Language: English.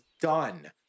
done